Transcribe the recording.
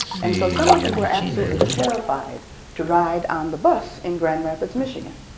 and so some of them were absolutely terrified to ride on the bus in grand rapids, michigan.